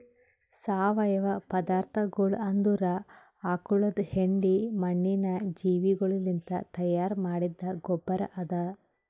ಸಾವಯವ ಪದಾರ್ಥಗೊಳ್ ಅಂದುರ್ ಆಕುಳದ್ ಹೆಂಡಿ, ಮಣ್ಣಿನ ಜೀವಿಗೊಳಲಿಂತ್ ತೈಯಾರ್ ಮಾಡಿದ್ದ ಗೊಬ್ಬರ್ ಅದಾ